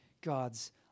God's